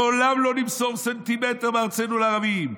לעולם לא נמסור סנטימטר מארצנו לערבים.